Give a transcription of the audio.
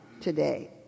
today